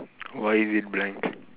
why is it blank